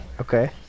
Okay